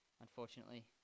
unfortunately